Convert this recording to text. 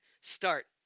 start